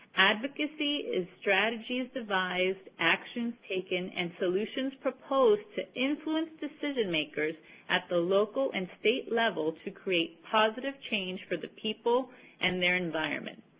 advocacy is strategies devised, actions taken, and solutions proposed to influence decision makers at the local and state level to create positive change for the people and their environment.